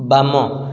ବାମ